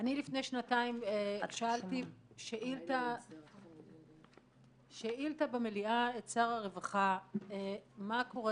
לפני שנתיים שאלתי שאילתה במליאה את שר הרווחה מה קורה